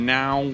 now